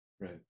Right